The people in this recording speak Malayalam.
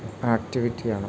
ആക്ടിവിറ്റിയാണ്